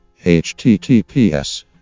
https